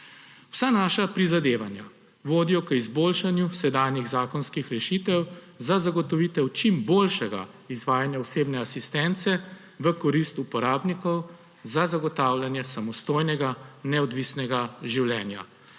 Vsa naša prizadevanja vodijo k izboljšanju sedanjih zakonskih rešitev za zagotovitev čim boljšega izvajanja osebne asistence v korist uporabnikov za zagotavljanje samostojnega neodvisnega življenja.